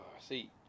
See